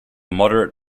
moderate